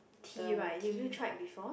tea right have you tried before